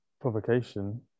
provocation